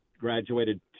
graduated